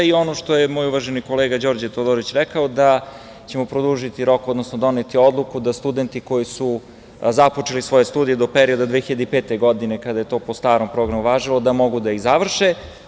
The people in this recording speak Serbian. Ono što je moj uvaženi kolega Đorđe Todorović rekao, da ćemo produžiti, odnosno doneti odluku da studenti koji su započeli svoje studije do perioda 2005. godine, kada je to po starom programu važilo, da mogu da ih završe.